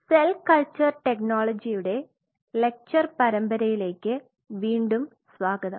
cell culture technology യുടെ lecture പരമ്പരയിലേക്ക് വീണ്ടും സ്വാഗതം